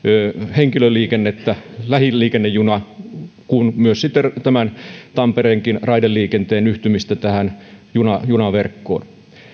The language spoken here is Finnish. henkilöliikennettä lähiliikennejunaa kuin myös sitten tämän tampereenkin raideliikenteen yhtymistä tähän junaverkkoon